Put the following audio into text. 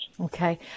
Okay